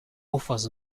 offers